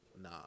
Nah